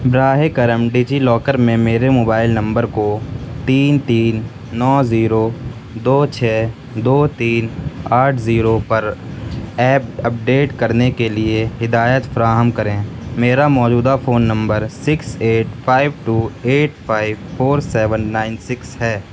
براہ کرم DigiLocker میں میرے موبائل نمبر کو تین تین نو زیرو دو چھ دو تین آٹھ زیرو پر ایپ اپڈیٹ کرنے کے لیے ہدایت فراہم کریں میرا موجودہ phone number six eight five two eight five four seven nine six ہے